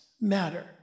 matter